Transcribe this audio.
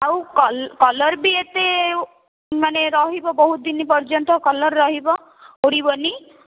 ଆଉ କଲର ବି ଏତେ ମାନେ ରହିବ ବହୁତ ଦିନ ପର୍ଯ୍ୟନ୍ତ କଲର ରହିବ ଉଡ଼ିବନି